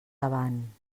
avant